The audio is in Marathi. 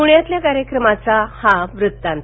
पृण्यातल्या कार्यक्रमाचा हा वृत्तांत